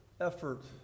effort